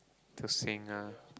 to sing ah